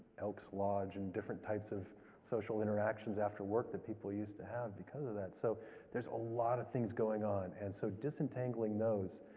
elks lodge, and different types of social interactions after work that people used to have because of that, so there's a lot of things going on. and so disentangling those,